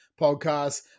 podcast